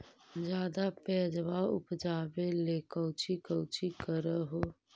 ज्यादा प्यजबा उपजाबे ले कौची कौची कर हो?